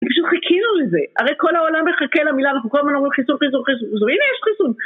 פשוט חיכינו לזה, הרי כל העולם מחכה למילה-אנחנו כל הזמן אומרים חיסון, חיסון, חיסון, וז-הנה יש חיסון!